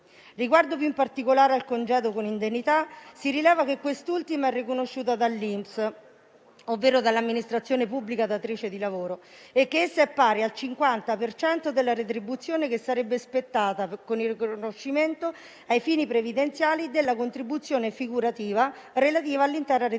Riguardo, più in particolare, al congedo con indennità, si rileva che quest'ultima è riconosciuta dall'INPS, ovvero dall'amministrazione pubblica datrice di lavoro e che essa è pari al 50 per cento della retribuzione che sarebbe spettata con il riconoscimento ai fini previdenziali della contribuzione figurativa relativa all'intera retribuzione.